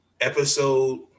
Episode